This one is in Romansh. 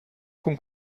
cun